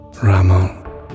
Ramon